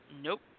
Nope